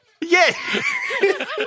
Yes